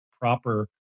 proper